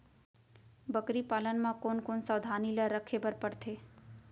बकरी पालन म कोन कोन सावधानी ल रखे बर पढ़थे?